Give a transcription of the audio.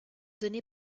donné